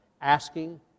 Asking